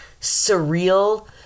surreal